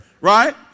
Right